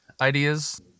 ideas